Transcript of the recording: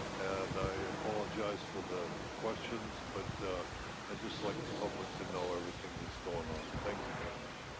and i apologize for the questions. but i just like the public to know everything that's going on. thank you very much.